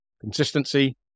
Consistency